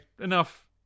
enough